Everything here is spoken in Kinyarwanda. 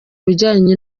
bijyanye